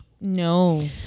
No